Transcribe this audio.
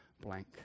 blank